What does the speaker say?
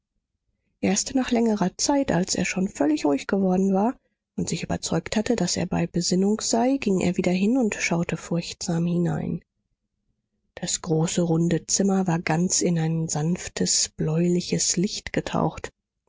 erst nach längerer zeit als er schon völlig ruhig geworden war und sich überzeugt hatte daß er bei besinnung sei ging er wieder hin und schaute furchtsam hinein das große runde zimmer war ganz in ein sanftes bläuliches licht getaucht